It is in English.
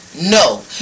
No